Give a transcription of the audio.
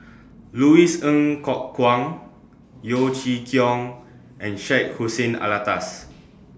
Louis Ng Kok Kwang Yeo Chee Kiong and Syed Hussein Alatas